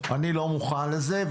אני לא מוכן לזה,